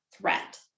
threat